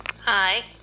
Hi